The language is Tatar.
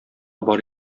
бар